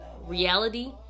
Reality